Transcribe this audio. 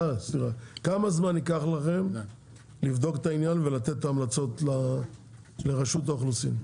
כמה זמן ייקח לכם לבדוק את העניין ולתת את ההמלצות לרשות האוכלוסין?